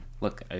look